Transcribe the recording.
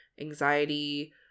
anxiety